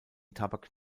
tabak